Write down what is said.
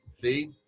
See